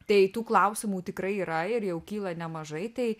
tai tų klausimų tikrai yra ir jau kyla nemažai tai